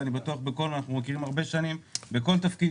אנחנו מכירים הרבה שנים ואני בטוח שבכל תפקיד